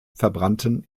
verbrannten